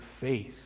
faith